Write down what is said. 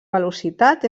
velocitat